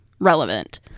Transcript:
Relevant